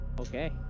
Okay